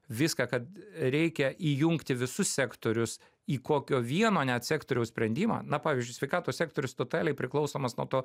viską kad reikia įjungti visus sektorius į kokio vieno net sektoriaus sprendimą na pavyzdžiui sveikatos sektorius totaliai priklausomas nuo to